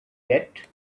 yet